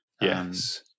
Yes